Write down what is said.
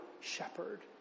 shepherd